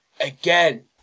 Again